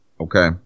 Okay